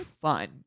fun